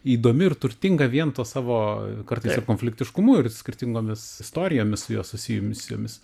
įdomi ir turtinga vien tuo savo kartais ir konfliktiškumu ir skirtingomis istorijomis su juo susijumsiomis